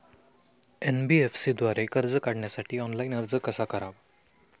NBFC द्वारे कर्ज काढण्यासाठी ऑनलाइन अर्ज कसा करावा?